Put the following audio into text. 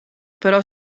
però